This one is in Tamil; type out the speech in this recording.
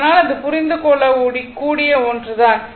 ஆனால் இது புரிந்து கொள்ளக் கூடிய ஒன்று தான்